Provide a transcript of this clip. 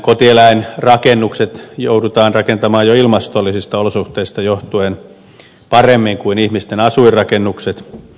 meillä kotieläinrakennukset joudutaan rakentamaan jo ilmastollisista olosuhteista johtuen paremmin kuin ihmisten asuinrakennuksen